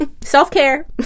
self-care